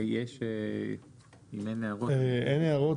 אם אין הערות -- אין הערות,